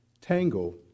Tango